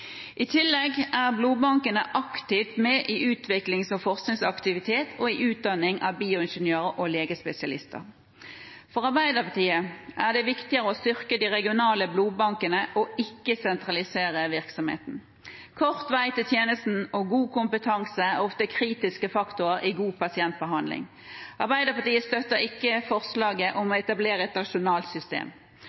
I tillegg er blodbankene aktivt med i utviklings- og forskningsaktivitet og i utdanning av bioingeniører og legespesialister. For Arbeiderpartiet er det viktigere å styrke de regionale blodbankene, ikke å sentralisere virksomheten. Kort vei til tjenesten og god kompetanse er ofte kritiske faktorer i god pasientbehandling. Arbeiderpartiet støtter ikke forslaget om å etablere et nasjonalt system,